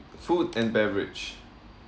food and beverage